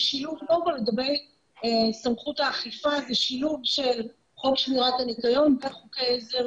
קודם כל לגבי סמכות האכיפה זה שילוב של חוק שמירת הניקיון וחוקי עזר